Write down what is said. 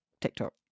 TikTok